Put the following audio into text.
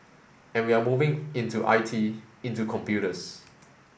and we're moving into I T into computers